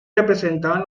representaban